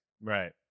Right